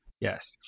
Yes